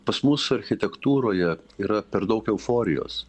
pas mus architektūroje yra per daug euforijos